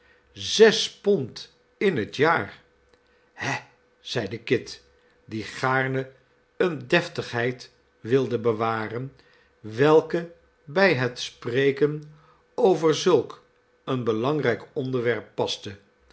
zes pond in het jaar he zeide kit die gaarne eene deftigheid wilde bewaren welke bij het spreken over zulk een belangrijk onderwerp paste